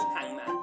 Hangman